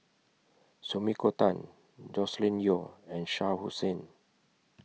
Sumiko Tan Joscelin Yeo and Shah Hussain